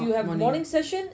oh morning